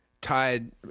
tied